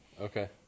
Okay